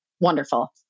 Wonderful